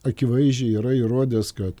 akivaizdžiai yra įrodęs kad